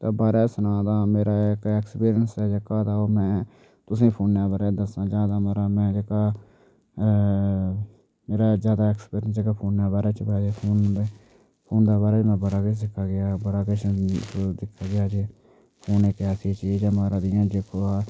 ओह्दे बारे च सनाना ते मेरा इक एक्सपीरियंस ऐ जेह्का ते ओह् में तुसें ई फोनै दे बारे च दस्सना चाङग जेह्का मेरा जादै एक्सपीरियंस जेह्का फोनै दै बारे च फोनै दे बारे च में बड़ा किश सिक्ख लैआ बड़ा किश मतलब ते फोन इक ऐसी चीज ऐ मेरा जि'यां दिक्खो तां